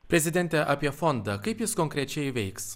prezidente apie fondą kaip jis konkrečiai veiks